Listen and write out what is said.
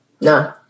No